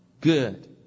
good